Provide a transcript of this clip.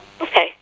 Okay